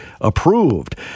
approved